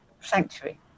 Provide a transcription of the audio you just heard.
sanctuary